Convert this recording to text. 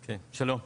שלום,